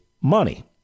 money